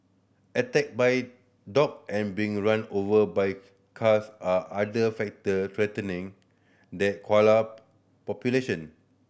attack by dog and being run over by cars are other factor threatening the koala population